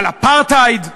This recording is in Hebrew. על אפרטהייד.